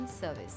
service